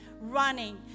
running